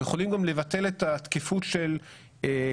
הם יכולים לבטל את התקיפות של קומביאלה